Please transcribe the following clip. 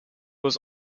was